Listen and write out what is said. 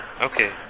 Okay